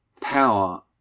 power